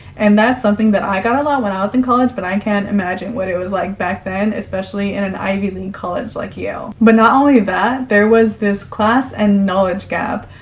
and that's something that i got a lot when i was in college, but i can't imagine what it was like back then, especially in and an ivy league college like yale. but not only that, there was this class and knowledge gap.